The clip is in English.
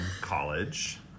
college